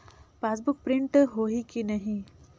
Passbook print होही कि नहीं?